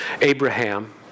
Abraham